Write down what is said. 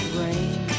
rain